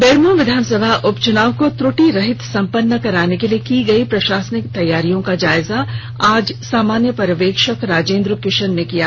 बेरमो विधानसभा उपचुनाव को त्रुटिरहित संपन्न कराने के लिए की गई प्रशासनिक तैयारियों का जायजा आज सामान्य पर्यवेक्षक राजेंद्र किशन लिया